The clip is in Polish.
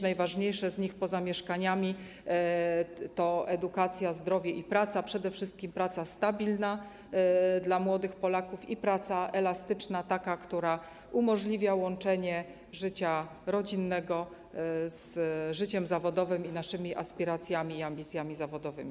Najważniejsze z nich poza mieszkaniami to edukacja, zdrowie i praca, przede wszystkim praca stabilna dla młodych Polaków i praca elastyczna, taka, która umożliwia łączenie życia rodzinnego z życiem zawodowym i naszymi aspiracjami i ambicjami zawodowymi.